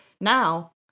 now